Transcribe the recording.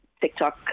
TikTok